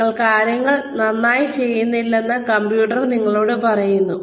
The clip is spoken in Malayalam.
നിങ്ങൾ കാര്യങ്ങൾ ശരിയായി ചെയ്യുന്നില്ലെന്ന് കമ്പ്യൂട്ടർ നിങ്ങളോട് പറയുന്നു